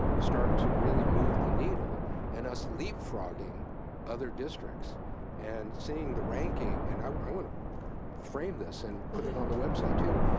start to really move the needle and us leapfrogging other districts districts and seeing the ranking, and i want to frame this and put it on the website too,